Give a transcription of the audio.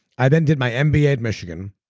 i then did my um mba at michigan.